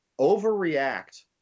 overreact